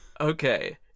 Okay